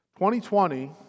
2020